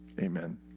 Amen